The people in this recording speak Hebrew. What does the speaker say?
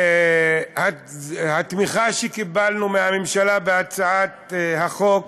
התמיכה שקיבלנו מהממשלה בהצעת החוק